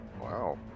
Wow